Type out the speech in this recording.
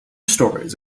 stories